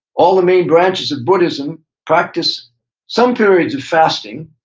all the main branches of buddhism practice some periods of fasting,